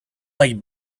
like